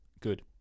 Good